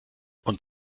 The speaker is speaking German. und